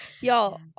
y'all